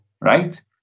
right